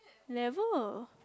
never